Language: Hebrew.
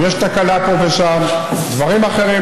יש תקלה פה ושם ודברים אחרים,